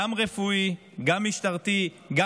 אבל הינה הפירוט של סעיפים שניתן היה לבטל: 11 מיליון שקל,